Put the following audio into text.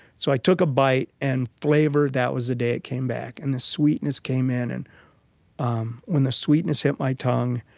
so i took a bite, and flavor, that was the day it came back, and the sweetness came in, and um when the sweetness hit my tongue,